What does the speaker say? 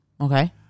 Okay